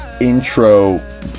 intro